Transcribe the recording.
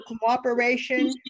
cooperation